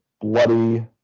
bloody